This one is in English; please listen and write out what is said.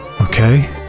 Okay